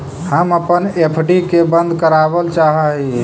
हम अपन एफ.डी के बंद करावल चाह ही